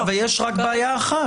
אבל יש רק בעיה אחת.